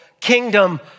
kingdom